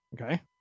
Okay